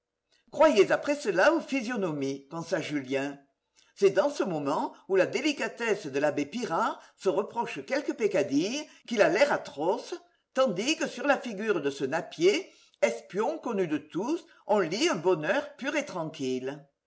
croyez après cela aux physionomies pensa julien c'est dans le moment où la délicatesse de l'abbé pirard se reproche quelque peccadille qu'il a l'air atroce tandis que sur la figure de ce napier espion connu de tous on lit un bonheur pur et tranquille